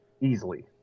easily